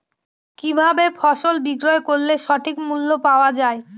কি ভাবে ফসল বিক্রয় করলে সঠিক মূল্য পাওয়া য়ায়?